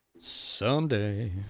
Someday